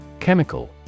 Chemical